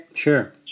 Sure